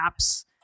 apps